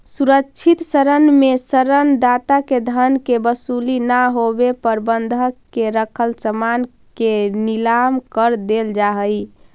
सुरक्षित ऋण में ऋण दाता के धन के वसूली ना होवे पर बंधक के रखल सामान के नीलाम कर देल जा हइ